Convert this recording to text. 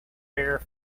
bare